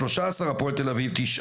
תסתכלי לערבים בעיניים.